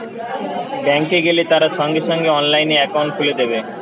bank এ গেলে তারা সঙ্গে সঙ্গে অনলাইনে একাউন্ট খুলে দেবে